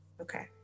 Okay